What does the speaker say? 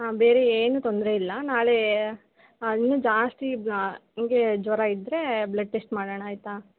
ಹಾಂ ಬೇರೆ ಏನು ತೊಂದರೆಯಿಲ್ಲ ನಾಳೆ ಹಣ್ಣು ಜಾಸ್ತಿ ಹಿಂಗೇ ಜ್ವರ ಇದ್ದರೇ ಬ್ಲೆಡ್ ಟೆಸ್ಟ್ ಮಾಡೋಣ ಆಯಿತಾ